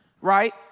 right